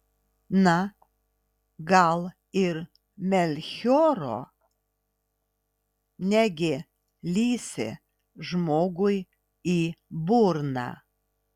na gal ir melchioro negi lįsi žmogui į burną